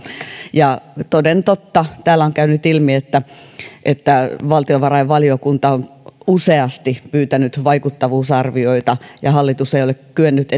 ja toden totta täällä on käynyt ilmi että että valtiovarainvaliokunta on useasti pyytänyt vaikuttavuusarvioita ja hallitus ei ole kyennyt